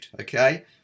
Okay